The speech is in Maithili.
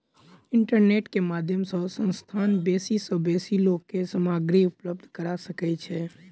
इंटरनेट के माध्यम सॅ संस्थान बेसी सॅ बेसी लोक के सामग्री उपलब्ध करा सकै छै